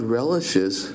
relishes